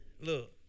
look